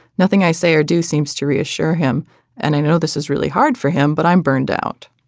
nothing i say or do seems to reassure him and i know this is really hard for him but i'm burned out